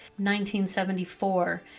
1974